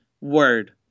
word